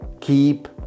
keep